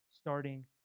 starting